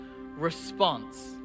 response